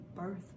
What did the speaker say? birth